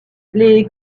les